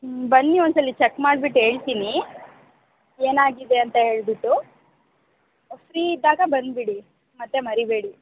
ಊಂ ಬನ್ನಿ ಒಂದ್ಸಲ ಚೆಕ್ ಮಾಡ್ಬಿಟ್ಟು ಹೇಳ್ತೀನಿ ಏನಾಗಿದೆ ಅಂತ ಹೇಳಿಬಿಟ್ಟು ಫ್ರೀ ಇದ್ದಾಗ ಬಂದುಬಿಡಿ ಮತ್ತು ಮರೀಬೇಡಿ